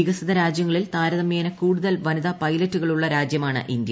വികസിതരാജ്യങ്ങളിൽ താരതമ്യേന കൂടുതൽ വനിതാ പൈലറ്റുകളുള്ള രാജ്യമാണ് ഇന്ത്യ